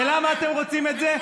ולמה אתם רוצים את זה?